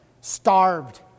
starved